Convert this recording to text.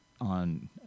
on